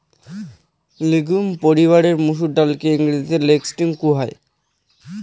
legume পরিবারের মসুর ডালকে ইংরেজিতে লেন্টিল কুহ